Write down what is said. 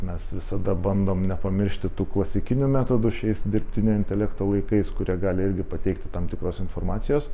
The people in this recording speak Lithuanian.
mes visada bandom nepamiršti tų klasikinių metodų šiais dirbtinio intelekto laikais kurie gali irgi pateikti tam tikros informacijos